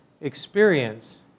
experience